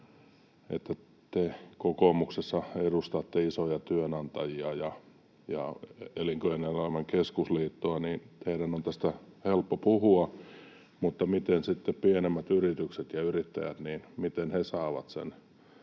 että kun te kokoomuksessa edustatte isoja työnantajia ja Elinkeinoelämän keskusliittoa, niin teidän on tästä helppo puhua, mutta miten sitten pienemmät yritykset ja yrittäjät, miten